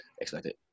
expected